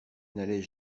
n’allait